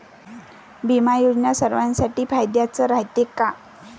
बिमा योजना सर्वाईसाठी फायद्याचं रायते का?